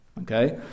okay